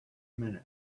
minute